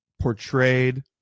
portrayed